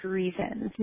reasons